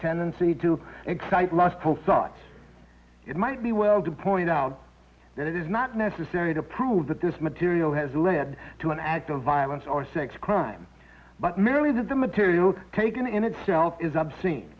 tendency to excite last call such it might be well to point out that it is not necessary to prove that this material has led to an act of violence or sex crime but merely that the material taken in itself is obscene